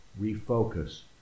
refocus